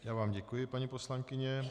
Já vám děkuji, paní poslankyně.